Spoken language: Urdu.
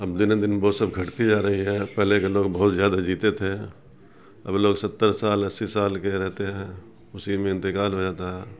اب دنوں دن وہ سب گھٹتی جا رہی ہے پہلے کے لوگ بہت زیادہ جیتے تھے اب لوگ ستر سال اسی سال کے رہتے ہیں اسی میں انتقال ہو جاتا ہے